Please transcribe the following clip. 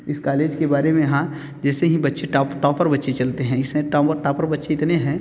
इस कॅालेज के बारे में यहाँ ऐसे ही बच्चे टौप टौपर बच्चे चलते हैं इसमें टौंमर टौपर बच्चे इतने हैं